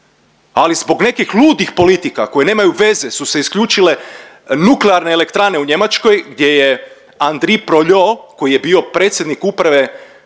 Ali zbog nekih ludih politika koje nemaju veze su se isključile nuklearne elektrane u Njemačkoj gdje je Andri … koji je bio predsjednik uprave